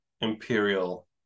imperial